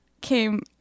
came